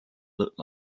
looked